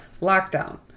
Lockdown